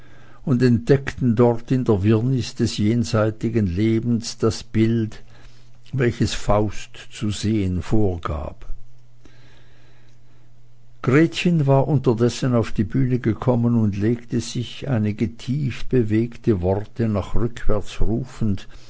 und entdeckten dort in der wirrnis des jenseitigen lebens das bild welches faust zu sehen vorgab gretchen war unterdessen auf die bühne gekommen und legte sich einige tiefbewegte worte nach rückwärts rufend